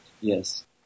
Yes